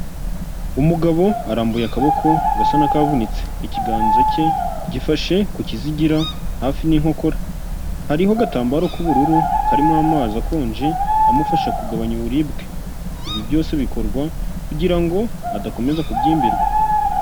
Umugabo arambuye akaboko gasa n'akavunitse, ikiganza cye gifashe ku kizigira hafi n'inkokora, hariho agatambaro k'ubururu karimo amazi akonje amufasha kugabanya uburibwe, ibi byose bikorwa kugira ngo adakomeza kubyimbirwa.